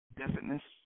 definiteness